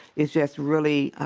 it's just really